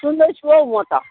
सुन्दैछु हौ म त